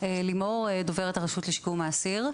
אני דוברת הרשות לשיקום האסיר.